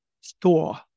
store